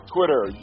Twitter